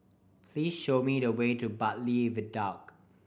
please show me the way to Bartley Viaduct